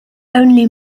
only